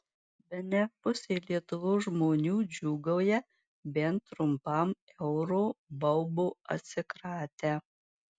bene pusė lietuvos žmonių džiūgauja bent trumpam euro baubo atsikratę